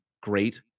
great